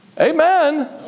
Amen